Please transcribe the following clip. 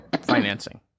financing